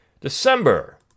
December